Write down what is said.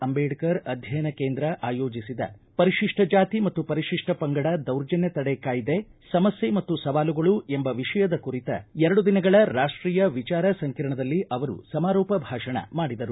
ಅಂಬೇಡ್ಕರ್ ಅಧ್ಯಯನ ಕೇಂದ್ರ ಆಯೋಜಿಸಿದ ಪರಿಶಿಪ್ಪ ಜಾತಿ ಮತ್ತು ಪರಿಶಿಪ್ಪ ಪಂಗಡ ದೌರ್ಜನ್ಯ ತಡೆ ಕಾಯ್ದೆ ಸಮಸ್ಯೆ ಮತ್ತು ಸವಾಲುಗಳು ಎಂಬ ವಿಷಯದ ಕುರಿತ ಎರಡು ದಿನಗಳ ರಾಷ್ಟೀಯ ವಿಚಾರ ಸಂಕಿರಣದಲ್ಲಿ ಅವರು ಸಮಾರೋಪ ಭಾಷಣ ಮಾಡಿದರು